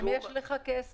אם יש לך כסף.